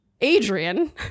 Adrian